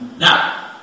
Now